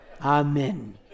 Amen